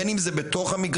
בין אם זה בתוך המגרשים,